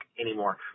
anymore